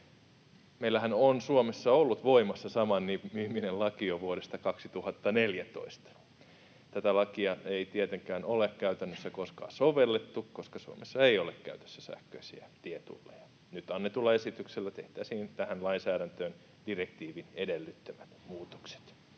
Meillähän on Suomessa ollut voimassa samanniminen laki jo vuodesta 2014. Tätä lakia ei tietenkään ole käytännössä koskaan sovellettu, koska Suomessa ei ole käytössä sähköisiä tietulleja. Nyt annetulla esityksellä tehtäisiin tähän lainsäädäntöön direktiivin edellyttämät muutokset.